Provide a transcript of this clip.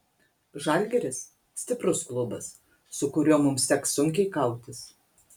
žalgiris stiprus klubas su kuriuo mums teks sunkiai kautis